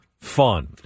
fun